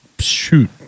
shoot